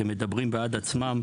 שמדברים בעד עצמם,